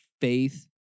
faith